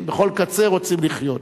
בכל קצה רוצים לחיות.